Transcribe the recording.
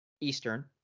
Eastern